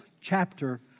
chapter